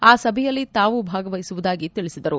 ಆ ಸಭೆಯಲ್ಲಿ ತಾವು ಭಾಗವಹಿಸುವುದಾಗಿ ತಿಳಿಸಿದರು